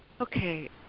Okay